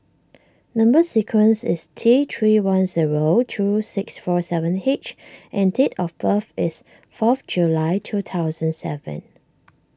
Number Sequence is T three one zero two six four seven H and date of birth is fourth July two thousand seven